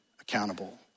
accountable